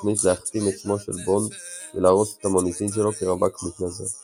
מתוכנית להכתים את שמו של בונד ולהרוס את המוניטין שלו כרווק מתנזר.